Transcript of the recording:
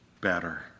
better